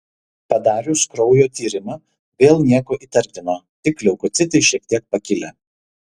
padarius kraujo tyrimą vėl nieko įtartino tik leukocitai šiek tiek pakilę